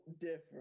different